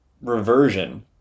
reversion